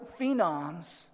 phenoms